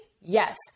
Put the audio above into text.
yes